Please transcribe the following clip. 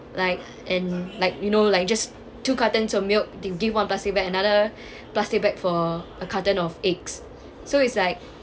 like and like you know like just two cartons of milk they give one plastic bag another plastic bag for a carton of eggs so it's like